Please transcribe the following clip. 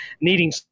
needing